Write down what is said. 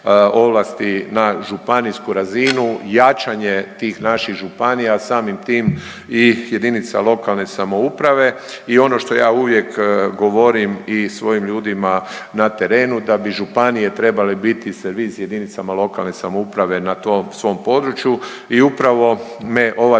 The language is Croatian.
na županijsku razinu, jačanje tih naših županija samim tim i jedinica lokalne samouprave i ono što ja uvijek govorim i svojim ljudima na terenu da bi županije trebale biti servis jedinicama lokalne samouprave na tom svom području i upravo me ovaj